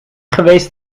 geweest